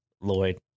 Lloyd